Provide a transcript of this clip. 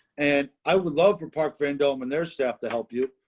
and i would love for park vendome and their staff to help you.